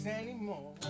anymore